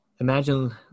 Imagine